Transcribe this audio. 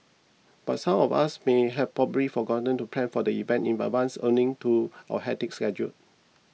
but some of us may have probably forgotten to plan for the event in advance owing to our hectic schedule